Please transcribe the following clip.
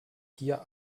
hier